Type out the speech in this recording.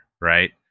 right